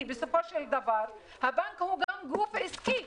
כי בסופו של דבר הבנק הוא גם גוף עסקי.